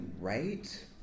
right